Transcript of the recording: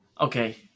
Okay